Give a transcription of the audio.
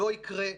לא יקרה,